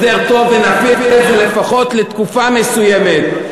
ונפעיל את זה לפחות לתקופה מסוימת.